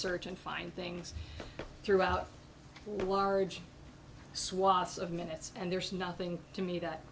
search and find things throughout the large swaths of minutes and there's nothing to me that